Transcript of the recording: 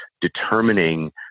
determining